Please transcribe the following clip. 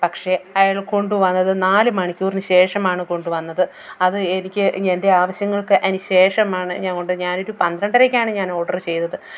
പക്ഷേ അയാൾ കൊണ്ടുവന്നത് നാല് മണിക്കൂറിന് ശേഷമാണ് കൊണ്ടുവന്നത് അത് എനിക്ക് എൻ്റെ ആവശ്യങ്ങൾക്ക് അതിന് ശേഷമാണ് ഞാൻ കൊണ്ട് ഞാനൊരു പന്ത്രണ്ട് അരക്കാണ് ഞാൻ ഓർഡർ ചെയ്തത്